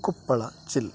ಕೊಪ್ಪಳ ಜಿಲ್ಲೆ